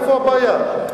איפה הבעיה?